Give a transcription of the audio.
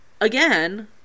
again